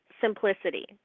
simplicity